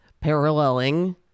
paralleling